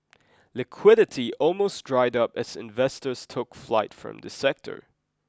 liquidity almost dried up as investors took flight from the sector